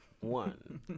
one